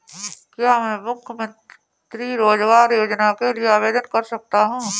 क्या मैं मुख्यमंत्री रोज़गार योजना के लिए आवेदन कर सकता हूँ?